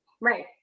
Right